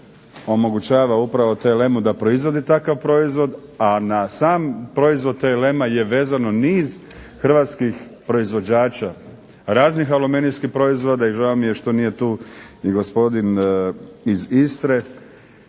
omogućava upravo TLM da proizvodi takav proizvod, a na sam proizvod TLM-a je vezano niz hrvatskih proizvođača raznih aluminijskih proizvoda. I žao mi je što nije tu i gospodin iz Istre